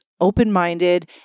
open-minded